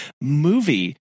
movie